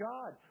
God